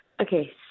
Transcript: Okay